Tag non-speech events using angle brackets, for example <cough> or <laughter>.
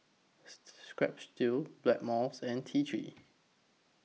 <noise> Strepsils Blackmores and T three